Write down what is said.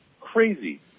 Crazy